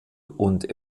und